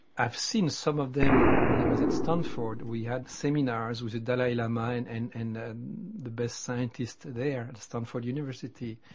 i've seen some of them. when i was at stanford we had seminars with the dalai lama and and and and the best scientists there at stanford university.